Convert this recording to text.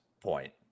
point